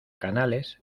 canales